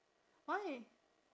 why